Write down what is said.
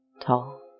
Tall